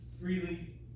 Freely